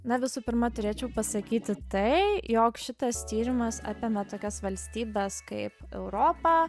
na visų pirma turėčiau pasakyti tai jog šitas tyrimas apima tokias valstybes kaip europa